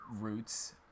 roots